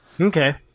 Okay